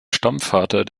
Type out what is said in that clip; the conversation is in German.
stammvater